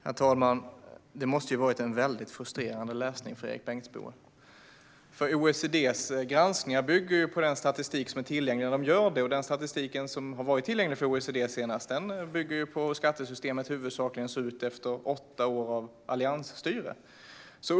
Herr talman! Det måste ha varit frustrerande läsning för Erik Bengtzboe. OECD:s granskningar bygger ju på den statistik som är tillgänglig när man gör dem, och den senaste statistik som varit tillgänglig för OECD bygger huvudsakligen på hur skattesystemet såg ut efter åtta år av alliansstyre.